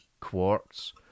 quartz